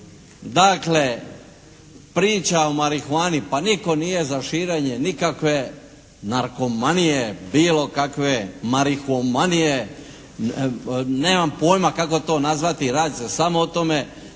Dakle, priča o marihuani pa nitko nije za širenje nikakve narkomanije, bilo kakve marihumanije. Nemam pojma kako da to nazovem, radi se samo o tome